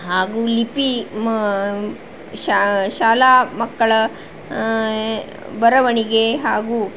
ಹಾಗೂ ಲಿಪಿ ಶಾ ಶಾಲಾ ಮಕ್ಕಳ ಬರವಣಿಗೆ ಹಾಗೂ